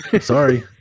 sorry